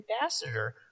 ambassador